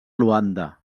luanda